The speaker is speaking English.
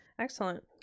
Excellent